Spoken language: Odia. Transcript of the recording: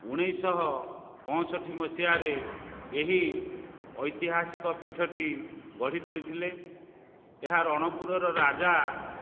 ଉଣେଇଶହ ପଞ୍ଚଷଠି ମସିହାରେ ଏହି ଐତିହାସିକ ପୀଠଟି ଗଢ଼ି ତୋଳିଥିଲେ ଏହା ରଣପୁରର ରାଜା